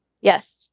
Yes